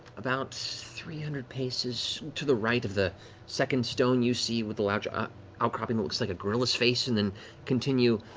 about three hundred paces to the right of the second stone you see with the large ah outcropping that looks like a gorilla's face, and then continue.